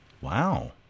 Wow